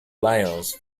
lions